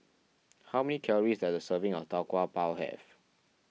how many calories does a serving of Tau Kwa Pau have